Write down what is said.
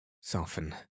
soften